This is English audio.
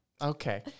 Okay